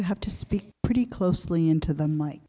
you have to speak pretty closely into the mike